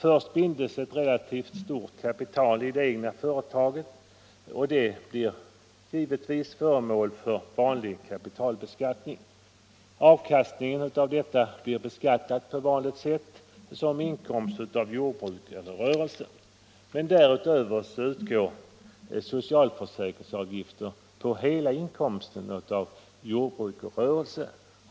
Först bindes ett relativt stort kapital i det egna företaget, och det blir givetvis föremål för vanlig kapitalbeskattning. Avkastningen av detta kapital beskattas på vanligt sätt som inkomst av jordbruk eller rörelse. Men därutöver utgår socialförsäkringsavgift på hela inkomsten av jordbruk och rörelse.